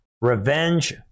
revenge